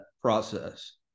process